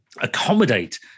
accommodate